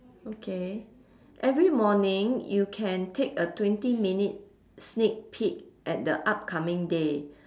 okay every morning you can take a twenty minute sneak peek at the upcoming day